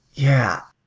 yeah.